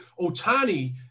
Otani